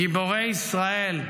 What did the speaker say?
גיבורי ישראל,